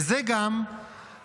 וזו גם הסיבה,